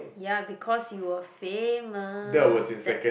ya because you were famous that's